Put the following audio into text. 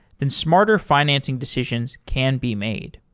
then smarter financing decisions can be made.